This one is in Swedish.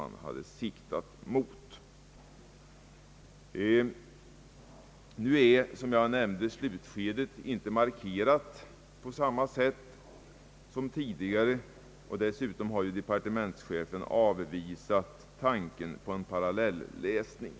Nu är, som jag nämnde, slutskedet i studierna inte markerat på samma sätt som tidigare, och dessutom har ju departementschefen avvisat tanken på en parallelläsning.